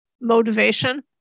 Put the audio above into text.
motivation